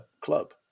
club